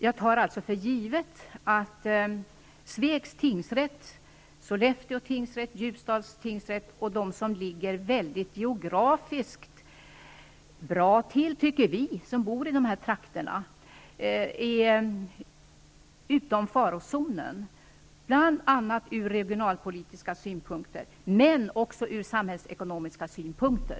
Jag tar alltså för givet att Svegs tingsrätt, Sollefteå tingsrätt, Ljusdals tingsrätt och de tingsrätter som geografiskt ligger bra till -- tycker vi som bor i de här trakterna -- är utom fara bl.a. ur regionalpolitiska synpunkter, men också ur samhällsekonomiska synpunkter.